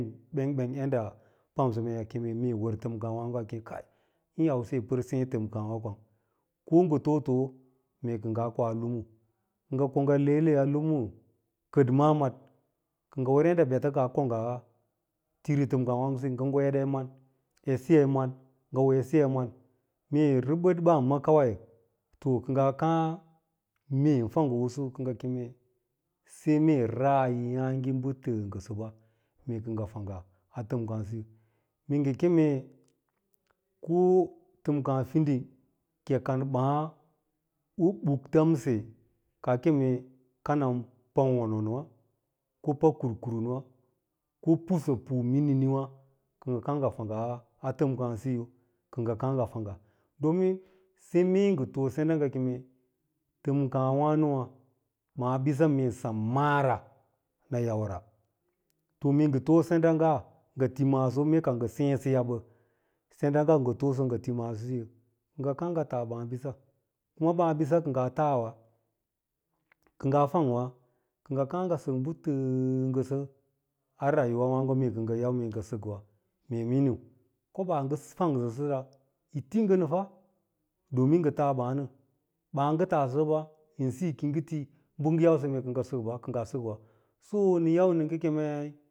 Bɚng ɓeng yɚɗɗa yi pamsa a kam tɚmkn waago êê ausiyi yi pɚr sêê tɚmkaoira kwang ko ngɚ too too mee kɚ ngaa koa lumu, kɚ ngɚ ko ngɚ le le a lumu kɚɗ maa maɗ, kɚ ngɚ wɚr yaɗɗa ɓeta kɚ ɓaa kongaa tiri tɚmka waago siyowa maɗ ngɚn etsiya yi man, ngɚ hoo bisiye yi man, mee rɚbɚd ɓna ma kawai kɚ ngaa kaa ngɚ keme sai mee ra’ayi yààge bɚ tɚɚ ngɚsɚɓa mee kɚ ngɚ fangga a tɚmkasiyo mee ngɚ keme ko a tɚmkaa fiding ka kan ɓaa u bakfambe kaa kanan pawonwà ko pakur kunun wà ko pusapu mininiwà kɚ ngɚ kàà ngɚ fangga a tɚm kaasiyo kɚ ogɚ kàà ngɚ fangga ɗomin sai mee ngɚ too senɗan ngɚ keme tɚm kàwàno wà ɓaaɓise mee tem maara nɚ yauwa to mee foo sen a’nga ngɚ ti maaso me ka ngɚ sêêsɚ yabbɚ a senda’nga ngɚ too sɚ ngɚ tisiyo kɚ ngɚ kàà ngɚ fas ɓaà bisa, kuma ɓaaɓisa kɚ ngas taawa kɚ ngaa fang’wa, kɚ ngaa kàà ngɚ kàà sɚk bɚ tɚɚ ngɚsɚ a rayuwa wano kɚ ngaa ngɚ sɚkba, mee miniu koɓaa ngɚ fawgsɚsa yi ti ngɚn fa ɗomin ngɚ taa bàà nɚn, a bàà ngɚ taasɚsɚsɚ ɓa ki yi ngɚ ti bɚ ngɚn yausɚ mu kɚ ngaa sɚkɓn kɚ ngɚ sɚkɚ fo nɚn yau nɚ ngɚ kemei